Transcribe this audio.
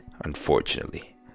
unfortunately